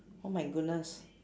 oh my goodness